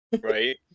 right